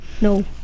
no